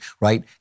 right